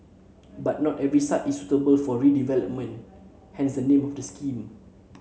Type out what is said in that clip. but not every site is suitable for redevelopment hence the name of the scheme